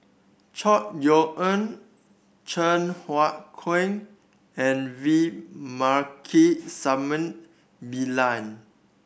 Chor Yeok Eng Cheng Hua Keung and V Pillai